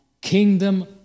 kingdom